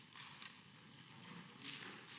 Hvala.